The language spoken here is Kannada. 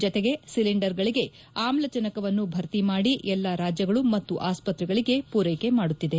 ಜತೆಗೆ ಸಿಲಿಂಡರ್ ಗಳಿಗೆ ಆಮ್ಲಜನಕವನ್ನು ಭರ್ತಿ ಮಾದಿ ಎಲ್ಲಾ ರಾಜ್ಯಗಳು ಮತ್ತು ಆಸ್ವತ್ರೆಗಳಿಗೆ ಪೂರೈಕೆ ಮಾಡುತ್ತಿದೆ